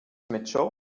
mitchell